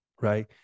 Right